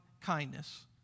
kindness